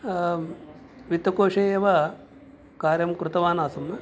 वित्तकोषे एव कार्यं कृतवान् आसम्